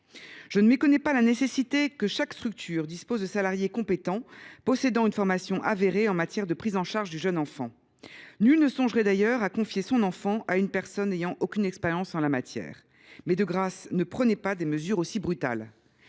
Je ne méconnais pas la nécessité que chaque structure dispose de salariés compétents, possédant une formation avérée en matière de prise en charge du jeune enfant. Nul ne songerait d’ailleurs à confier son enfant à une personne n’ayant aucune expérience en la matière. Mais, de grâce, ne prenez pas des mesures aussi brutales